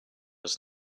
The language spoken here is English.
was